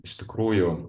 iš tikrųjų